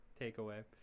takeaway